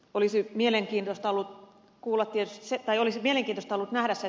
olisi mielenkiintoista ollut nähdä se että ed